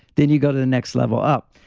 then you go to the next level up.